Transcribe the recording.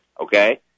okay